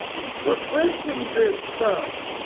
we're printing this stuff!